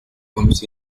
homes